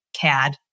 CAD